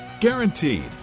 Guaranteed